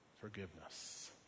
forgiveness